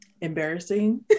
embarrassing